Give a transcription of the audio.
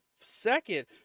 second